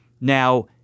Now-